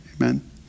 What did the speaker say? Amen